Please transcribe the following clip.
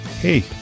Hey